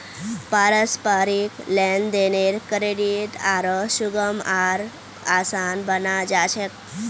पारस्परिक लेन देनेर क्रेडित आरो सुगम आर आसान बना छेक